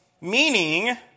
Meaning